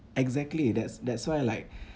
exactly that's that's why like